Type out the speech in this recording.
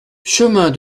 chemin